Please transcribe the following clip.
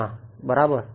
ના બરાબર